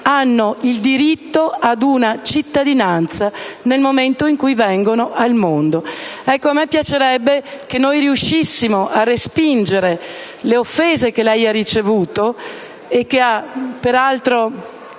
hanno diritto ad una cittadinanza nel momento in cui vengono al mondo. Ecco, a me piacerebbe che riuscissimo a respingere le offese che lei ha ricevuto e che ha peraltro